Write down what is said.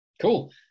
Cool